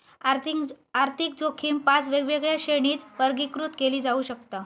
आर्थिक जोखीम पाच वेगवेगळ्या श्रेणींत वर्गीकृत केली जाऊ शकता